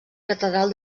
catedral